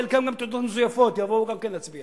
חלקם גם עם תעודות מזויפות יבואו גם כן להצביע.